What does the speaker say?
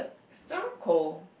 circle